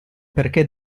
perché